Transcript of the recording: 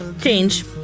Change